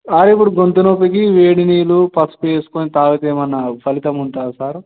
ఆ ఇప్పుడు గొంతునొప్పికి వేడి నీళ్ళు పసుపు వేసుకుని తాగితే ఏమైనా ఫలితముంటుందా సారు